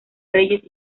reyes